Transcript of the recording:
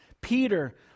Peter